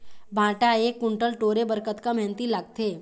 भांटा एक कुन्टल टोरे बर कतका मेहनती लागथे?